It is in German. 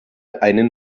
einen